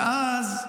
ואז אומרים: